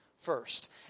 first